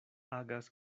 agas